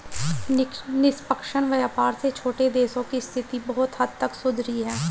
निष्पक्ष व्यापार से छोटे देशों की स्थिति बहुत हद तक सुधरी है